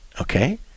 Okay